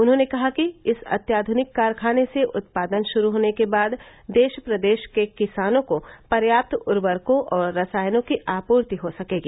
उन्होंने कहा कि इस अत्याधुनिक कारखाने से उत्पादन शुरू होने के बाद देश प्रदेश के किसानों को पर्याप्त उर्वरकों और रसायनों की आपूर्ति हो सकेगी